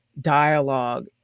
dialogue